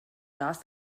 las